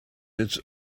its